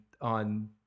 on